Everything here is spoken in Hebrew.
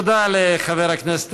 חבר הכנסת